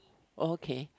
okay